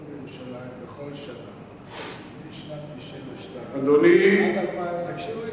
בירושלים בכל שנה משנת 1992 עד 2010,